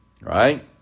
Right